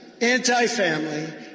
anti-family